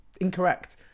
Incorrect